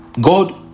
god